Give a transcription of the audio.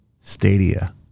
stadia